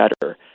better